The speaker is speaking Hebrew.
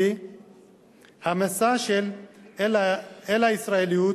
כי המסע שלנו אל הישראליות